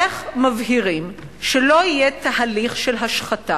איך מבהירים שלא יהיה תהליך של השחתה,